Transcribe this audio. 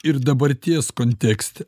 ir dabarties kontekste